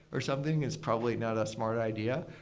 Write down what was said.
or something. it's probably not a smart idea.